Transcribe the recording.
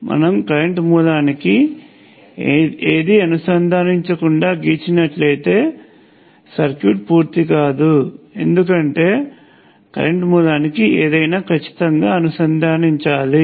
మనం కరెంట్ మూలానికి ఏదీ అనుసంధానించకుండా గీచినట్లయితే సర్క్యూట్ పూర్తికాదు ఎందుకంటే కరెంటు మూలానికి ఏదయినా ఖచ్చితంగా అనుసంధానించాలి